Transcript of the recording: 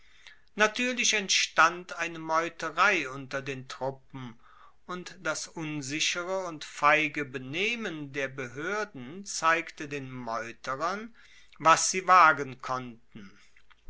natuerlich entstand eine meuterei unter den truppen und das unsichere und feige benehmen der behoerden zeigte den meuterern was sie wagen konnten